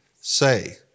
say